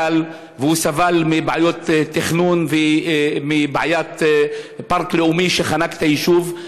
וסבל מבעיות תכנון ומבעיית פארק לאומי שחנק את היישוב,